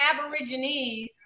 Aborigines